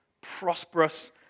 prosperous